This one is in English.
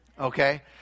Okay